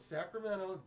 Sacramento